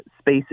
space